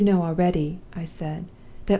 you know already i said,